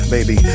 Baby